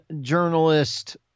journalist